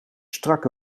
strakke